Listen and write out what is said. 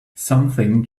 something